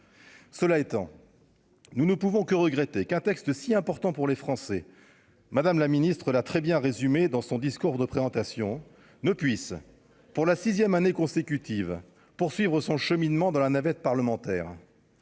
Cela étant, nous ne pouvons que regretter qu'un texte si important pour les Français, Madame la Ministre, l'a très bien résumé dans son discours de présentation ne puisse, pour la 6ème année consécutive, poursuivre son cheminement de la navette parlementaire